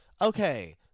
Okay